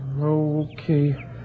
Okay